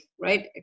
right